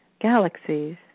galaxies